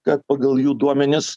kad pagal jų duomenis